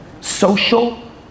Social